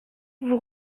vous